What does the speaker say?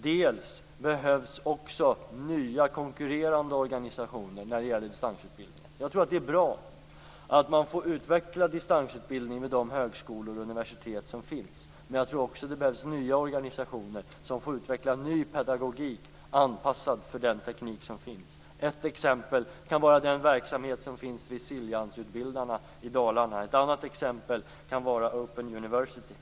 Det behövs också nya konkurrerande organisationer när det gäller distansutbildningen. Jag tror att det är bra att man får utveckla distansutbildningen vid de högskolor och universitet som finns. Men jag tror också att det behövs nya organisationer som får utveckla ny pedagogik anpassad för den teknik som finns. Ett exempel kan vara den verksamhet som finns vid Siljansutbildarna AB i Dalarna. Ett annat exempel kan vara open university.